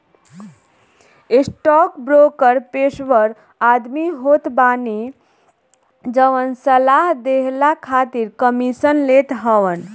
stockbroker पेशेवर आदमी होत बाने जवन सलाह देहला खातिर कमीशन लेत हवन